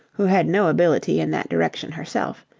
who had no ability in that direction herself,